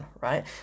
right